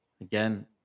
Again